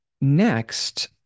Next